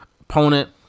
opponent